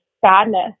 sadness